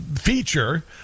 feature